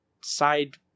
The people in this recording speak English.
side